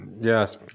yes